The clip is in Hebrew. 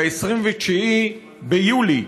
ב-29 ביולי,